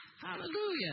Hallelujah